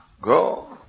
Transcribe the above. go